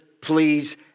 please